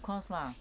uh of course lah